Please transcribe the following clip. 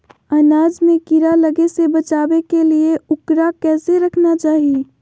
अनाज में कीड़ा लगे से बचावे के लिए, उकरा कैसे रखना चाही?